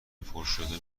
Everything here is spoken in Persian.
پرشده